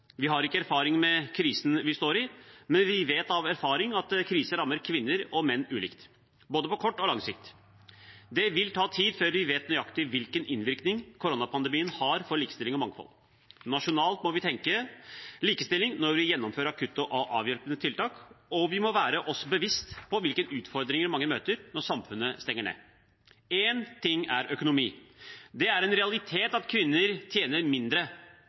Vi har ikke erfaring med krisen vi står i, men vi vet av erfaring at kriser rammer kvinner og menn ulikt, på både kort og lang sikt. Det vil ta tid før vi vet nøyaktig hvilken innvirkning koronapandemien har for likestilling og mangfold. Nasjonalt må vi tenke likestilling når vi gjennomfører akutte og avhjelpende tiltak, og vi må være oss bevisst hvilke utfordringer mange møter når samfunnet stenger ned. Én ting er økonomi. Det er en realitet at kvinner tjener mindre